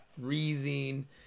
freezing